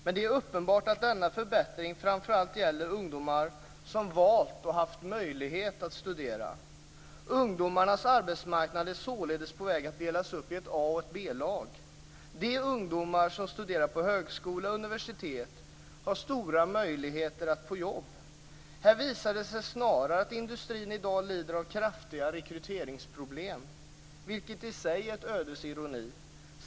Men det är uppenbart att denna förbättring framför allt gäller ungdomar som valt och haft möjlighet att studera. Ungdomarnas arbetsmarknad är således på väg att delas upp i ett A De ungdomar som studerar på högskola och universitet har stora möjligheter att få jobb. Här visar det sig snarare att industrin i dag lider av kraftiga rekryteringsproblem, vilket i sig är ett ödets ironi.